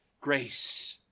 grace